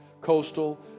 Coastal